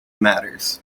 matters